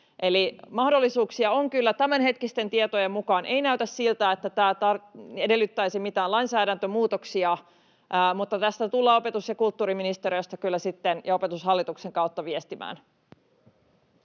Eli mahdollisuuksia on kyllä. Tämänhetkisten tietojen mukaan ei näytä siltä, että tämä edellyttäisi mitään lainsäädäntömuutoksia, mutta tästä tullaan opetus- ja kulttuuriministeriöstä ja Opetushallituksen kautta kyllä